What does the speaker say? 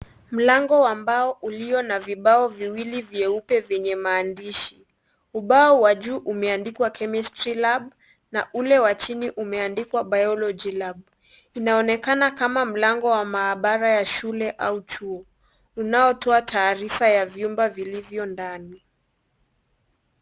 Mlango wa mbao uliona vibao viwili vyeupe vyenye maandishi. Ubao wa juu umeandikwa" chemistry lab" na ule wa chini umeandikwa " biology lab". Unaonekana kama mlango wa maabara ya shule au chuo, unaotoa taarifa ya vyumba vilivyo ndani.